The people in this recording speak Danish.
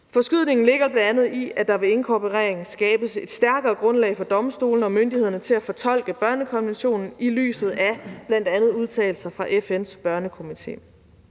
Forskydningen ligger bl.a. i, at der ved inkorporering skabes et stærkere grundlag for domstolene og myndighederne til at fortolke børnekonventionen i lyset af bl.a. udtalelser fra FN's Børnekomité.